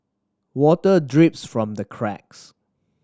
water drips from the cracks